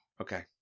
Okay